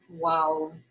Wow